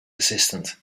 assistant